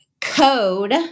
code